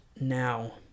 now